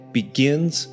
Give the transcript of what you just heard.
begins